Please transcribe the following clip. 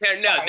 No